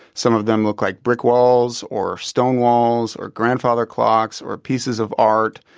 some of them look like brick walls, or stone walls, or grandfather clocks, or pieces of art,